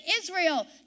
Israel